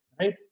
right